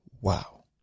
wow